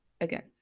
again